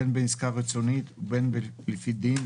בין בעסקה רצונית ובין לפי דין,